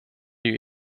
you